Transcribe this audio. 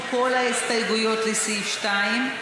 נדחו כל ההסתייגויות לסעיף 2,